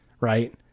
Right